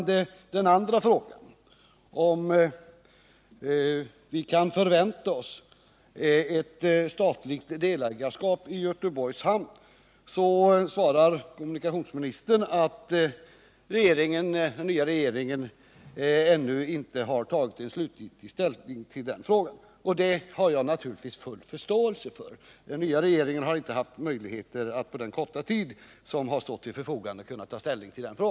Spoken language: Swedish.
På min andra fråga — om vi kan förvänta oss ett statligt delägarskap i Göteborgs hamn — svarar kommunikationsministern att den nya regeringen ännu inte har tagit ställning till den frågan. Det har jag naturligtvis full förståelse för — regeringen har inte haft möjligheter att göra det på den korta tid som har stått till förfogande.